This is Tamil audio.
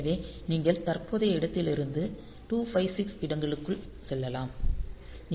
எனவே நீங்கள் தற்போதைய இடத்திலிருந்து 256 இடங்களுக்குள் செல்லலாம்